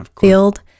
field